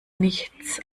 nichts